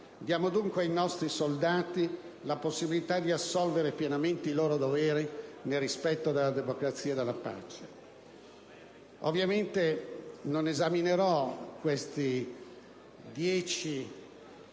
diamo, dunque, ai nostri soldati la possibilità di assolvere pienamente ai loro doveri nel rispetto della democrazia e della pace. Non esaminerò in questa sede